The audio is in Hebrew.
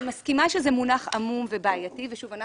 אני מסכימה שזה מונח עמום ובעייתי ושוב,